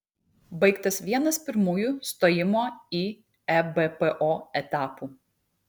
baigtas vienas pirmųjų stojimo į ebpo etapų